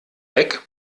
weg